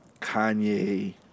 Kanye